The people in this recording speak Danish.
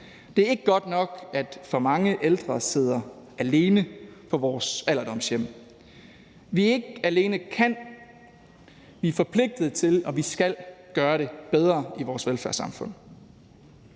Det er ikke godt nok, at for mange ældre sidder alene på vores alderdomshjem. Vi ikke alene kan, men er forpligtede til og skal gøre det bedre i vores velfærdssamfund.